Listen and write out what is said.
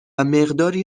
مقداری